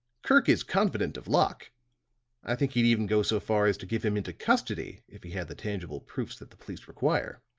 kirk is confident of locke i think he'd even go so far as to give him into custody, if he had the tangible proofs that the police require.